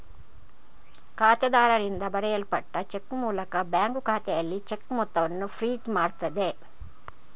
ಖಾತೆದಾರರಿಂದ ಬರೆಯಲ್ಪಟ್ಟ ಚೆಕ್ ಮೂಲಕ ಬ್ಯಾಂಕು ಖಾತೆಯಲ್ಲಿ ಚೆಕ್ ಮೊತ್ತವನ್ನ ಫ್ರೀಜ್ ಮಾಡ್ತದೆ